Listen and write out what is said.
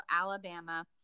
Alabama